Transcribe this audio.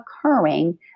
occurring